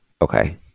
Okay